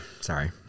Sorry